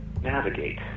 navigate